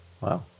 Wow